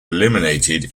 eliminated